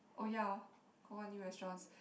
oh ya hor got what new restaurants